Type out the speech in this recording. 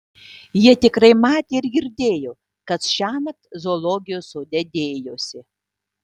jie tikrai matė ir girdėjo kas šiąnakt zoologijos sode dėjosi